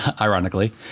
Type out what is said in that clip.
ironically